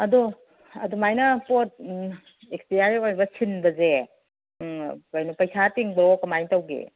ꯑꯗꯣ ꯑꯗꯨꯃꯥꯏꯅ ꯄꯣꯠ ꯑꯦꯛꯄ꯭ꯌꯥꯔꯤ ꯑꯣꯏꯕ ꯊꯤꯟꯕꯁꯦ ꯄꯩꯁꯥ ꯇꯤꯡꯕ꯭ꯔꯣ ꯀꯃꯥꯏꯅ ꯇꯧꯒꯦ